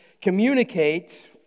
communicate